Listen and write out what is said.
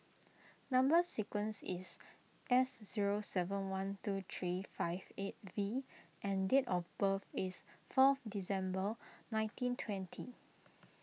Number Sequence is S zero seven one two three five eight V and date of birth is fourth December nineteen twenty